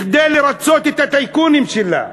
כדי לרצות את הטייקונים שלה,